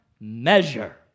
measure